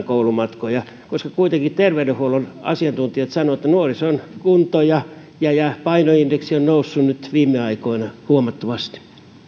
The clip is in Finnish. koulumatkoja koska kuitenkin terveydenhuollon asiantuntijat sanovat että nuorison kunto ja ja painoindeksi ovat nousseet nyt viime aikoina huomattavasti